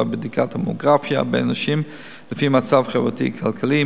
בדיקת ממוגרפיה בין נשים לפי מצב חברתי-כלכלי,